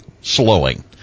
slowing